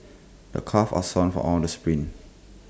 my calves are sore from all the sprints